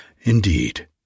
Indeed